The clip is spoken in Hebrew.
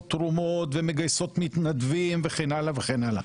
תרומות ומגייסות מתנדבים וכן הלאה וכן הלאה.